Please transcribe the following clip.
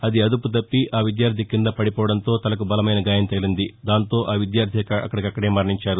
అది అదుపు తప్పి ఆ విద్యార్లి క్రింద పడిపోవడంతో తలకు బలమైన గాయం తగిలింది దాంతో ఆ విద్యార్థి అక్కడిక్కడే మరణించాడు